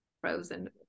frozen